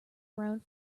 around